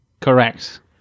Correct